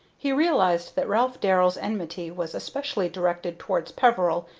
he realized that ralph darrell's enmity was especially directed towards peveril,